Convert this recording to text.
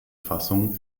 fassung